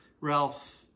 Ralph